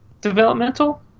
developmental